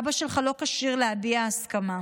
אבא שלך לא כשיר להביע הסכמה.